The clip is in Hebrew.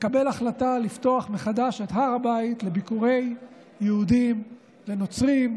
לקבל החלטה לפתוח מחדש את הר הבית לביקורי יהודים ונוצרים.